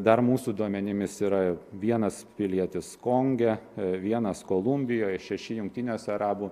dar mūsų duomenimis yra vienas pilietis konge vienas kolumbijoj šeši jungtiniuose arabų